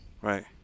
Right